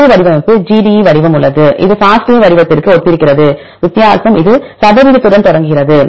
மற்றொரு வடிவமைப்பு GDE வடிவம் உள்ளது இது FASTA வடிவத்திற்கும் ஒத்திருக்கிறது வித்தியாசம் இது சதவீதத்துடன் தொடங்குகிறது